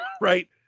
right